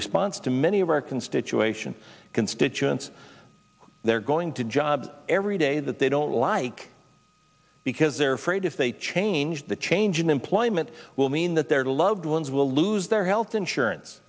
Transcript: response to many of our constituents constituents they're going to job every day that they don't like because they're afraid if they change the change in employment will mean that their loved ones will lose their health insurance